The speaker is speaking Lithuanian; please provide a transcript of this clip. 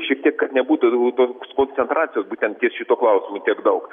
šiek tiek kad nebūtų tos koncentracijos būtent ties šituo klausimu tiek daug